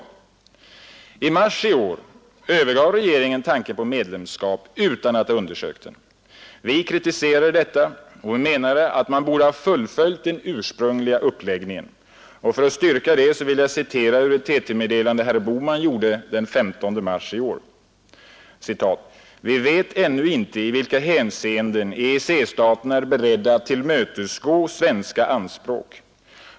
I mars i år övergav regeringen tanken på medlemskap utan att ha undersökt den. Vi kritiserade detta och menade att man borde ha fullföljt den ursprungliga uppläggningen. För att styrka det vill jag citera ur ett TT-meddelande som herr Bohman gjorde den 15 mars i år: ”Vi vet ännu inte i vilka hänseenden EEC-staterna är beredda att tillmötesgå svenska anspråk.